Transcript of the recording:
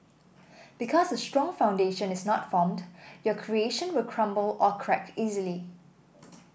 because a strong foundation is not formed your creation will crumble or crack easily